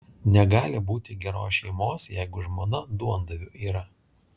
negali būti geros šeimos jeigu žmona duondaviu yra